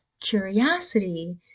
curiosity